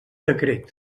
decret